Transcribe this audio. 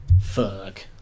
Fuck